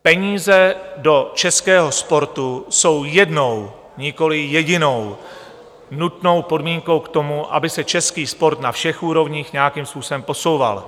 Peníze do českého sportu jsou jednou, nikoliv jedinou, nutnou podmínkou k tomu, aby se český sport na všech úrovních nějakým způsobem posouval.